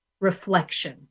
reflection